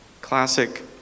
classic